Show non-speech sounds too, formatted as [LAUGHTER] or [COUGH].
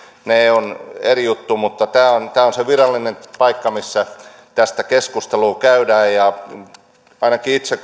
ne ovat eri juttu mutta tämä on se virallinen paikka missä tästä keskustelua käydään ja ainakin itse [UNINTELLIGIBLE]